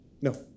No